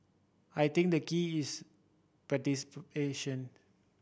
I think the key is participation